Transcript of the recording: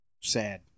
sad